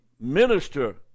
minister